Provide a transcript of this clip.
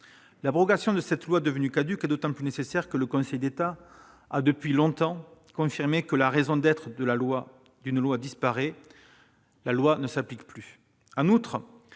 L'abrogation de ces lois caduques est d'autant plus nécessaire que le Conseil d'État a, depuis longtemps, confirmé que « lorsque la raison d'être d'une loi disparaît, la loi ne s'applique plus